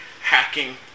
hacking